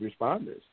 responders